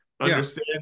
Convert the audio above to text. understand